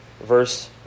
verse